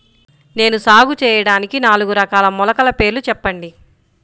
నేను సాగు చేయటానికి నాలుగు రకాల మొలకల పేర్లు చెప్పండి?